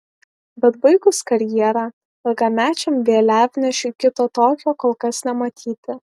bet baigus karjerą ilgamečiam vėliavnešiui kito tokio kol kas nematyti